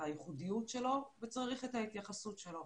הייחודיות שלו וצריך את ההתייחסות שלו.